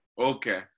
Okay